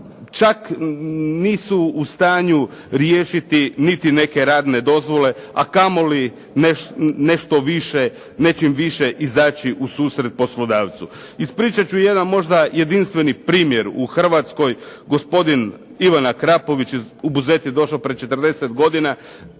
čak nisu u stanju riješiti niti neke radne dozvole a kamoli nešto više, nečim više izaći u susret poslodavcu. Ispričat ću jedan možda jedinstveni primjer u Hrvatskoj gospodin Ivan Krapović u Buzet je došao pred 40 godina,